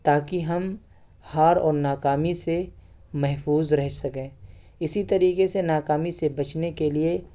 تاکہ ہم ہار اور ناکامی سے محفوظ رہ سکیں اسی طریقے سے ناکامی سے بچنے کے لیے